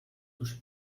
touche